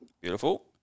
Beautiful